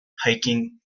hiking